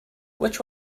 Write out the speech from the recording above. which